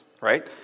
right